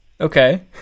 Okay